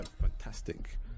fantastic